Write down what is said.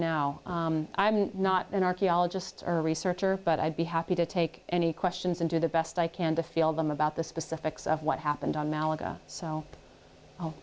now i'm not an archaeologist or a researcher but i'd be happy to take any questions and do the best i can to feel them about the specifics of what happened on malaga so